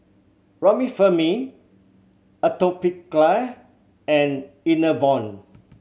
Remifemin Atopiclair and Enervon